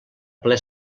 ple